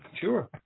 sure